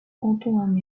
canton